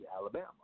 Alabama